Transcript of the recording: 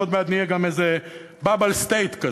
ועוד נהיה גם איזה bubble state כזה,